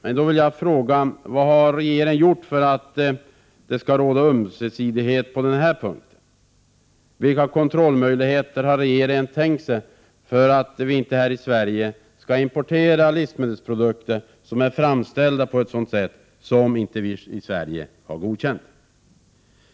Men då vill jag fråga: Vad har regeringen gjort för att det skall råda ömsesidighet på den punkten? Vilka kontrollmöjligheter har regeringen tänkt sig för att vi inte här i Sverige skall importera livsmedelsprodukter som är framställda på ett sätt som inte vi i Sverige har godkänt?